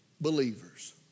believers